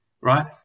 right